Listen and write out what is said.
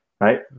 right